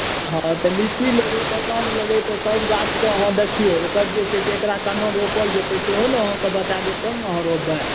हँ तऽ लीची लेबै लताम लेबै तऽ सभ गाछके अहाँ देखियौ एकर जे छै से एकरा केना रोपल जेतै सेहो ने अहाँकेँ बता देब तहन ने अहाँ रोपबै